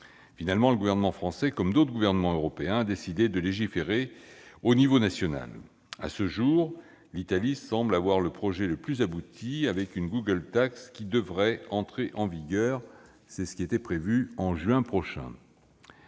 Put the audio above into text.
Finalement, le gouvernement français, comme d'autres gouvernements européens, a décidé de légiférer au niveau national. À ce jour, l'Italie semble avoir le projet le plus abouti, avec une censée entrer en vigueur en juin prochain.